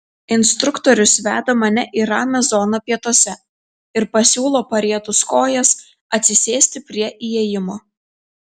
instruktorius veda mane į ramią zoną pietuose ir pasiūlo parietus kojas atsisėsti prie įėjimo